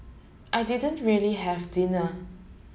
I didn't really have dinner